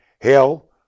Hell